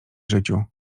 życiu